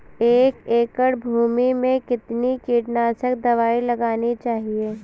एक एकड़ भूमि में कितनी कीटनाशक दबाई लगानी चाहिए?